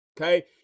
okay